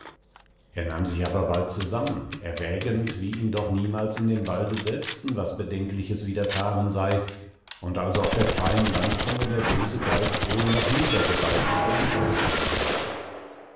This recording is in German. er nahm sich aber bald zusammen erwägend wie ihm doch niemals in dem walde selbsten was bedenkliches widerfahren sei und also auf der freien landzunge der böse geist wohl noch minder gewalt über ihn ausüben dürfe